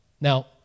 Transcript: Now